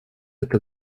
это